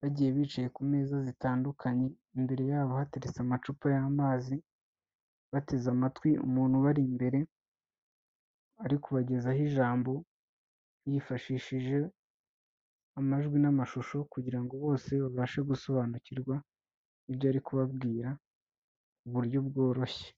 bagiye bicaye ku meza zitandukanye, imbere yabo hateretse amacupa y'amazi, bateze amatwi umuntu ubari imbere, ari kubagezaho ijambo yifashishije amajwi n'amashusho kugira ngo bose babashe gusobanukirwa ibyo ari kubabwira mu buryo bworoshye.